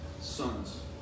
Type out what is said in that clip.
sons